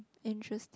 interesting